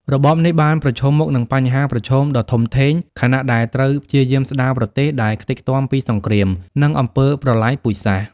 របបនេះបានប្រឈមមុខនឹងបញ្ហាប្រឈមដ៏ធំធេង ខណៈដែលត្រូវព្យាយាមស្ដារប្រទេសដែលខ្ទេចខ្ទាំពីសង្គ្រាម និងអំពើប្រល័យពូជសាសន៍។